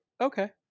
okay